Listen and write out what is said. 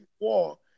war